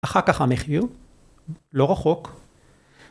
‫אחר כך המחיר, לא רחוק.